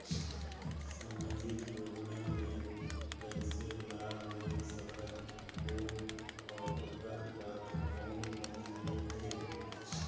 समाजिक योजना ले कइसे लाभ ले सकत बो और ओकर पात्र कोन कोन हो थे?